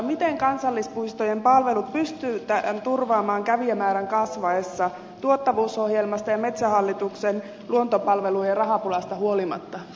miten kansallispuistojen palvelut pystytään turvaamaan kävijämäärän kasvaessa tuottavuusohjelmasta ja metsähallituksen luontopalvelujen rahapulasta huolimatta